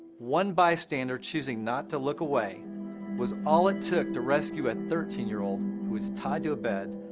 one bystander choosing not to look away was all it took to rescue a thirteen year old who was tied to a bed,